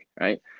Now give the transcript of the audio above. right